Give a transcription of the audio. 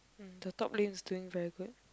mm the top lane is doing very good